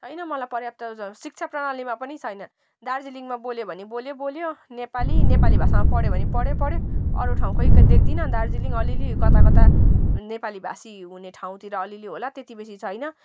छैन मलाई पर्याप्त शिक्षा प्रणालीमा पनि छैन दार्जिलिङमा बाल्यो बोल्यो नेपाली नेपाली भाषामा पढ्यो भने पढ्यो पढ्यो अरू ठाउँ खै देख्दिनँ दार्जिलिङ अलिअलि कताकता नेपाली भाषी हुने ठाउँतिर अलिअलि होला त्यति बेसी छैन